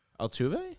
Altuve